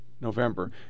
November